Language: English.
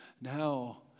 now